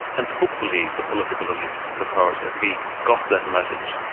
and hopefully the political elites, the powers that be, got that message.